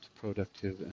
productive